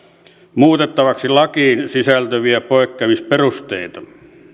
muutettavaksi lakiin sisältyviä poikkeamisperusteita